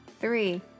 three